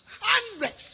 Hundreds